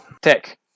Tech